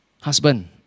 husband